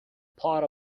part